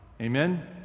Amen